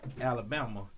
Alabama